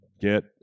get